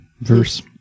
verse